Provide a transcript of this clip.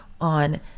on